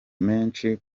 menshi